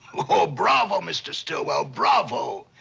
oh, bravo, mr. stillwell, bravo!